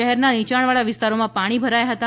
શહેરના નીચાણવાળા વિસ્તારોમાં પાણી પણ ભરાયા હતા